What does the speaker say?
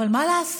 אבל מה לעשות